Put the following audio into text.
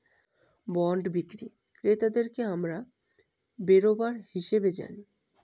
bond বিক্রি ক্রেতাদেরকে আমরা বেরোবার হিসাবে জানি